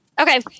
Okay